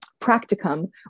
practicum